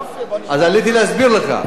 עליתי להסביר לך.